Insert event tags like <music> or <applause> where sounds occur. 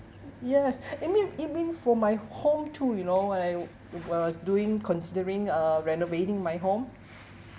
yes <breath> I mean even for my home too you know when I when I was doing considering uh renovating my home <breath>